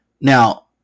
now